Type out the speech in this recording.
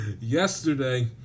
Yesterday